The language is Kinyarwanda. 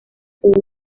uwo